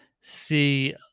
see